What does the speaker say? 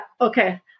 okay